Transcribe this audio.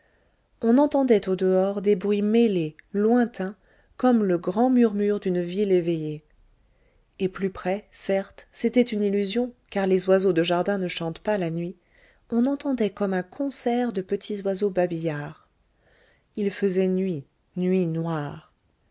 on entendait au dehors des bruits mêlés lointains comme le grand murmure d'une ville éveillée et plus près certes c'était une illusion car les oiseaux de jardins ne chantent pas la nuit on entendait comme un concert de petits oiseaux babillards il faisait nuit nuit noire